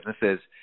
businesses